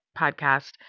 podcast